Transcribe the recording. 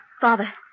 Father